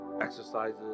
exercises